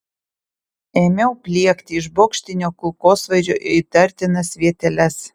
ėmiau pliekti iš bokštinio kulkosvaidžio į įtartinas vieteles